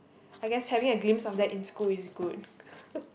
I guess having a glimpse of that in school is good